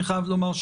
אני חייב לומר,